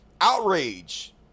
outrage